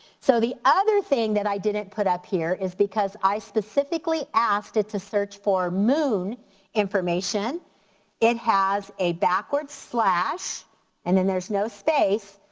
so the other thing that i didn't put up here is because i specifically asked it to search for moon information it has a backward slash and then there's no space,